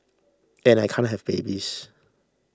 and I can't have babies